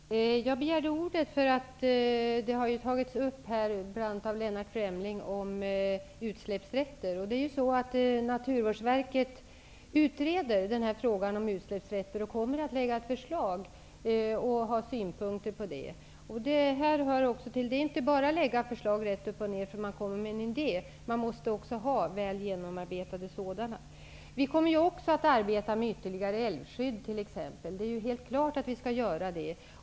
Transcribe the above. Herr talman! Jag begärde ordet därför att bl.a. Lennart Fremling har tagit upp frågan om utsläppsrätter. Naturvårdsverket utreder den här frågan och kommer att lägga fram ett förslag med synpunkter. Det går nämligen inte bara att rätt upp och ned lägga fram ett förslag, därför att en idé kommer fram. Man måste först ha väl genomarbetade förslag. Vi kommer också att arbeta för exempelvis ytterligare älvskydd. Det är helt klart att vi skall göra så.